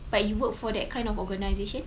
but you work for that kind of organisation